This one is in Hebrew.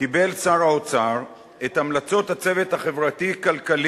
קיבל שר האוצר את המלצות הצוות החברתי-כלכלי